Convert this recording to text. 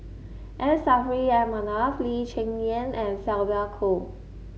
M Saffri A Manaf Lee Cheng Yan and Sylvia Kho